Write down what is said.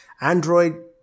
Android